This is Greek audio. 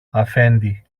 αφέντη